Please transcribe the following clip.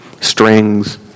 strings